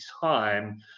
time